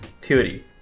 theory